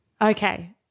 okay